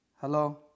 Hello